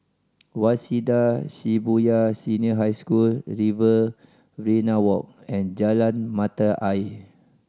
Waseda Shibuya Senior High School Riverina Walk and Jalan Mata Ayer